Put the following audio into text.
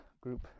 group